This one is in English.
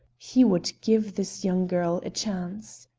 he would give this young girl a chance.